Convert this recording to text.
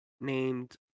named